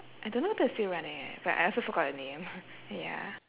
I don't know if that's still running eh but I also forgot the name ya